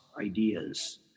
ideas